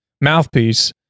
mouthpiece